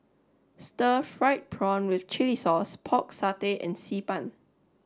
Stir Fried Prawn with Chili Sauce Pork Satay and Xi Ban